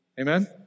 Amen